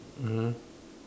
mmhmm